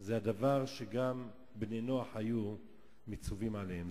זה הדבר שגם בני נח היו מצווים עליו,